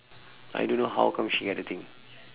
I don't know how come she get the thing